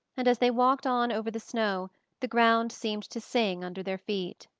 and as they walked on over the snow the ground seemed to sing under their feet.